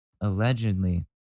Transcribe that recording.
allegedly